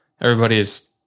everybody's